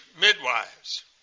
midwives